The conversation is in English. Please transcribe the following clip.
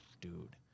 dude